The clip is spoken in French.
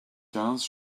quinze